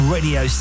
Radio